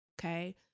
Okay